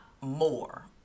more